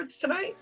tonight